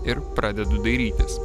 ir pradedu dairytis